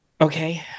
Okay